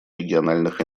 региональных